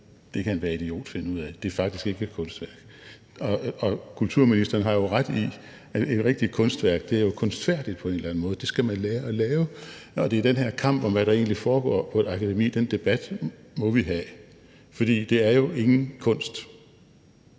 kan enhver idiot finde ud af. Det er faktisk ikke et kunstværk. Og kulturministeren har jo ret i, at et rigtigt kunstværk er kunstfærdigt på en eller anden måde. Det skal man lære at lave, og det er den her debat om, hvad der egentlig foregår på akademiet, vi må have. For det er jo ingen kunst